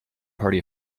party